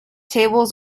tables